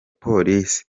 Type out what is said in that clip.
polisi